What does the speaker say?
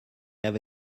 have